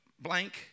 Blank